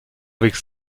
avec